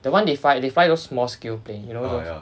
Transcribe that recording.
the one they fly they fly those small scale planes you know those